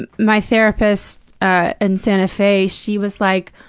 and my therapist ah in santa fe, she was like,